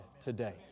today